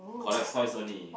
collect toys only